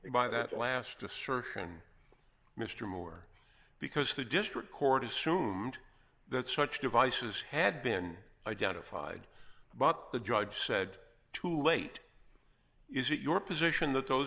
by that last assertion mr moore because the district court assumed that such devices had been identified but the judge said too late is it your position that those